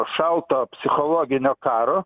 šalto psichologinio karo